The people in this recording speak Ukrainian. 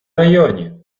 районі